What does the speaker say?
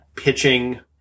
pitching